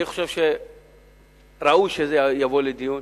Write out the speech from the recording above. אני חושב שראוי שזה יבוא לדיון.